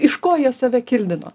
iš ko jie save kildino